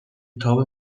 کتاب